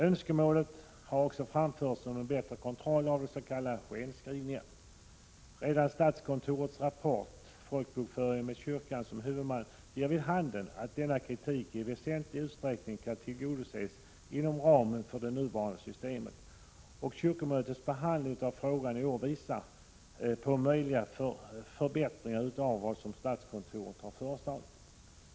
Önskemål har också framförts om en bättre kontroll av s.k. skenskrivningar. Redan statskontorets rapport Folkbokföringen med kyrkan som huvudman ger vid handen att denna kritik i väsentlig utsträckning kan beaktas inom ramen för det nuvarande systemet. Kyrkomötets behandling av frågan i år visar på möjliga förbättringar utöver vad statskontoret föreslagit.